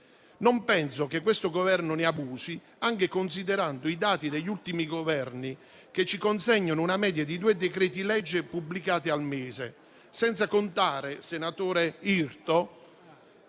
non ritengo che questo Governo ne abusi, anche considerando i dati degli ultimi Governi, che ci consegnano una media di due decreti-legge pubblicati al mese. Senza contare, senatore Irto,